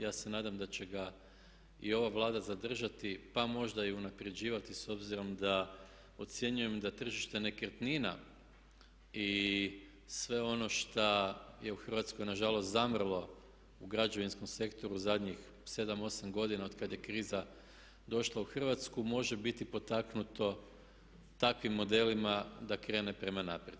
Ja se nadam da će ga i ova Vlada zadržati pa možda i unapređivati s obzirom da ocjenjujem da tržište nekretnina i sve ono šta je u Hrvatskoj nažalost zamrlo u građevinskom sektoru u zadnjih 7, 8 godina otkada je kriza došla u Hrvatsku može biti potaknuto takvim modelima da krene prema naprijed.